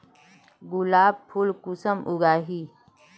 गुलाब फुल कुंसम उगाही?